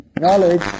knowledge